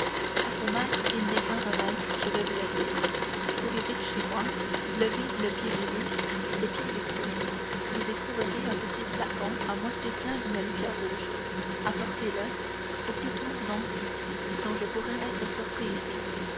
à ce mal il n'est qu'un remède je vais vous le dire courez vite chez moi levez le pied du lit ce pied est creux vous y trouverez un petit flacon à moitié plein d'une liqueur rouge apportez-le ou plutôt non non je pourrais être surpris ici